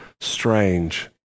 strange